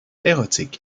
érotique